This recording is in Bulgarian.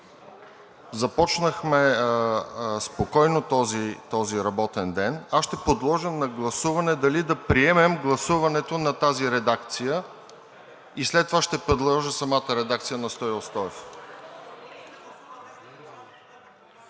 започнахме спокойно този работен ден, ще подложа на гласуване дали да прием гласуването на тази редакция и след това ще предложа самата редакция на Стою Стоев.